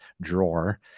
drawer